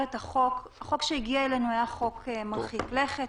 החוק שהגיע אלינו היה חוק מרחיק לכת.